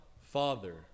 Father